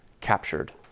captured